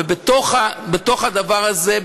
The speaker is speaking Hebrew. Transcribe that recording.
ובתוך הדבר הזה,